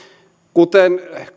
kuten